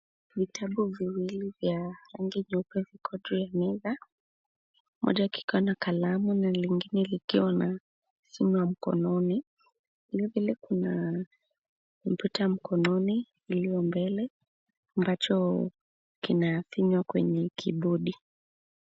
Vitabu viwili vya rangi nyeupe viko juu ya meza. Moja likiwa na kalamu na lingine likiwa na simu ya mkononi. Vile vile kuna kompyuta mkononi iliyo mbele ambacho kinafinywa kwenye kibodi.